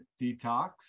detox